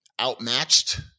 Outmatched